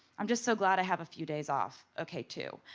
i'm just so glad i have a few days off. okay, two.